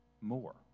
more